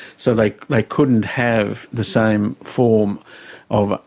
so they like couldn't have the same form of,